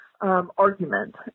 argument